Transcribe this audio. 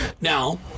Now